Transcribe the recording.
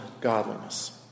godliness